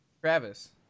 Travis